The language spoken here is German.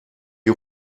die